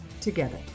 together